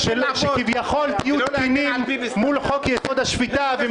היא שכביכול תהיו תקינים מול חוק יסוד: השפיטה.